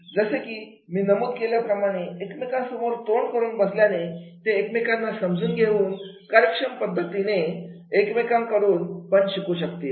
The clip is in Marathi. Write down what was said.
जसे की मी नमूद केल्याप्रमाणे एकमेकांसमोर तोंड करून बसल्याने ते एकमेकांना समजून घेऊन कार्यक्षम पद्धतीने एकमेकांकडून पण शिकू शकतील